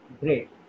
Great